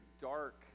dark